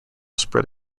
spread